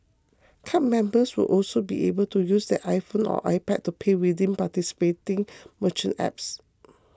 card members will also be able to use their iPhone or iPad to pay within participating merchant apps